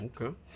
Okay